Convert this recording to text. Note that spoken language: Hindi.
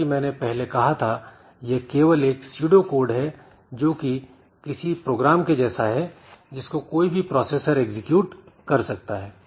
जैसा कि मैंने पहले कहा था यह केवल एक pseudo code है जो कि किसी प्रोग्राम के जैसा है जिसको कोई भी प्रोसेसर एग्जीक्यूट कर सकता है